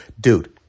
dude